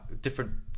different